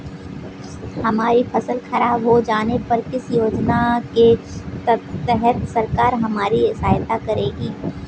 हमारी फसल खराब हो जाने पर किस योजना के तहत सरकार हमारी सहायता करेगी?